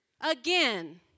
Again